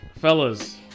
fellas